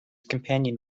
companion